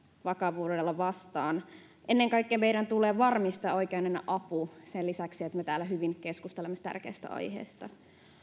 vakavuudella vastaan ennen kaikkea meidän tulee varmistaa oikeanlainen apu sen lisäksi että me täällä hyvin keskustelemme tärkeästä aiheesta